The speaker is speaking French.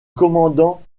commandant